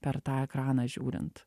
per tą ekraną žiūrint